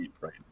right